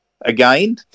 again